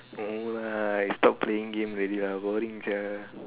no lah you stop playing games already lah boring sia